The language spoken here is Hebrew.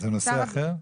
זה נושא אחר?